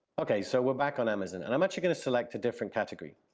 okay, so we're back on amazon, and i'm actually going to select a different category.